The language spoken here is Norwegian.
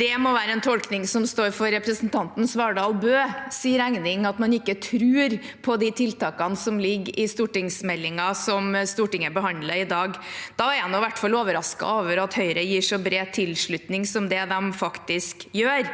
det må være en tolkning som står for representanten Svardal Bøes regning, at man ikke tror på de tiltakene som ligger i stortingsmeldingen Stortinget behandler i dag. Da er jeg i hvert fall overrasket over at Høyre gir så bred tilslutning som det de faktisk gjør.